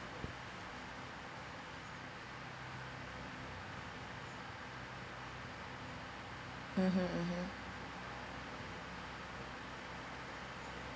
mmhmm mmhmm